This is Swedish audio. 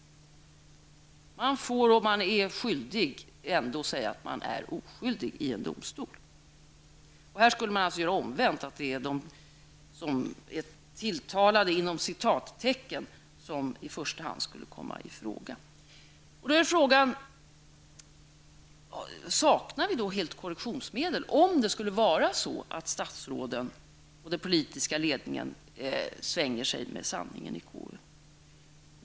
Om man är skyldig får man ändå säga att man är oskyldig i en domstol. Här skulle man alltså göra det omvända. De som är ''tilltalade'' skulle i första hand komma i fråga för att avlägga en sanningsförsäkran. Då är frågan om vi helt saknar korrektionsmedel om det skulle vara så att statsråden och den politiska ledningen svänger sig med sanningen i KU.